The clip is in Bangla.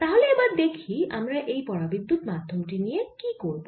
তাহলে এবার দেখি আমরা এই পরাবিদ্যুত মাধ্যম টি নিয়ে কি করব